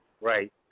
Right